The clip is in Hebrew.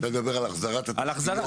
אתה מדבר על החזרת התשתיות...